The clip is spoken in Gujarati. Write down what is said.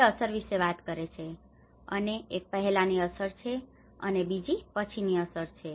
તે અસર વિશે વાત કરે છે અને એક પહેલાની અસર છે અને બીજી પછીની અસર છે